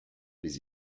les